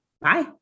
bye